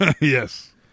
Yes